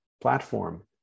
platform